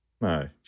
No